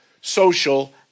social